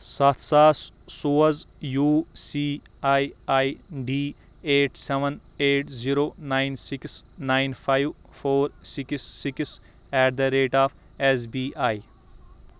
سَتھ سَاس سوز U C I I D eight seven eight zero nine six nine five four six six at the rate of S B I